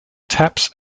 taps